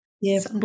Yes